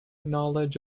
knowledge